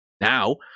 Now